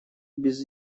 без